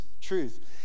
truth